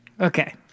Okay